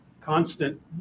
constant